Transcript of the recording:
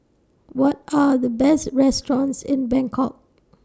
What Are The Best restaurants in Bangkok